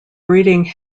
breeding